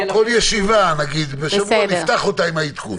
פעם בשבוע נפתח ישיבה עם העדכון.